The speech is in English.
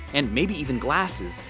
and maybe even glasses,